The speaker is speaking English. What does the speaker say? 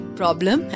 problem